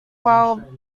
while